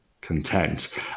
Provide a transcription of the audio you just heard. content